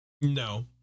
No